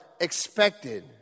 expected